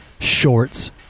Shorts